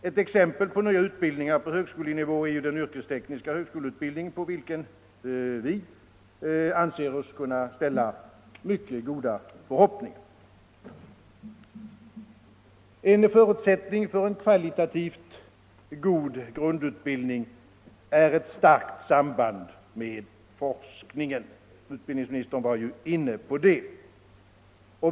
Ett exempel på nya utbildningar på högskolenivå är den yrkestekniska högskoleutbildningen, på vilken vi anser oss kunna ställa mycket stora förhoppningar. En förutsättning för en kvalitativt god grundutbildning är ett starkt samband med forskningen. Utbildningsministern var inne på det.